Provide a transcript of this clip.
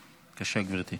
בבקשה, גברתי.